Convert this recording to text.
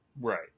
Right